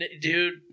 Dude